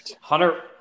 Hunter